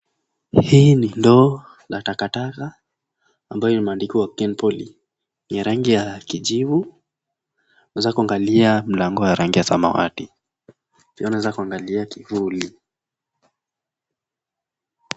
Hii ni ndoo ya takataka ambayo imeandikwa Kenpoly ya rangi ya kijivu umeweza kuangalia mlango ya samawati, pia unaweza kuangalia kivuli.